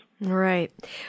right